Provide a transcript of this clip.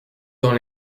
dans